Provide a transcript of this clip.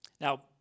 Now